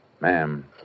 Ma'am